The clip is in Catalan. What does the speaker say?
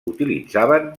utilitzaven